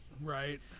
right